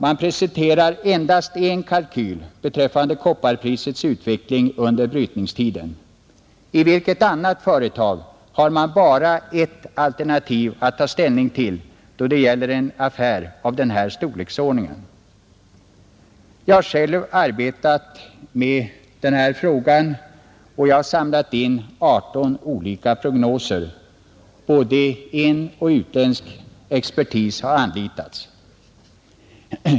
Man presenterar endast en kalkyl beträffande kopparprisets utveckling under brytningstiden. I vilket annat företag har man bara ett alternativ att ta ställning till då det gäller en affär av den här storleksordningen? Jag har själv arbetat med den här frågan och jag har samlat in 18 olika prognoser. Både inoch utländsk expertis har anlitats. 3.